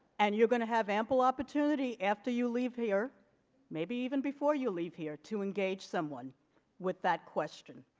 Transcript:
and you're going to have ample opportunity after you leave here maybe even before you leave here to engage someone with that question